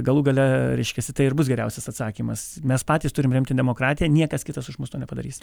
galų gale reiškiasi tai ir bus geriausias atsakymas mes patys turim remti demokratiją niekas kitas už mus to nepadarys